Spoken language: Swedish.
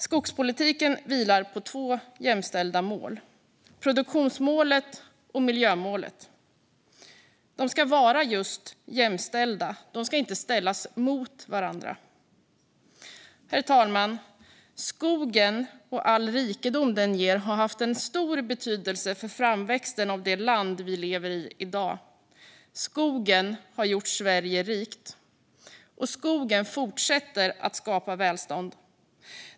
Skogspolitiken vilar på två jämställda mål, produktionsmålet och miljömålet. De ska vara just jämställda och inte ställas mot varandra. Herr talman! Skogen och all rikedom den ger har haft stor betydelse för framväxten av det land vi i dag lever i. Skogen har gjort Sverige rikt. Skogen fortsätter skapa välstånd.